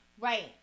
right